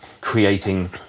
creating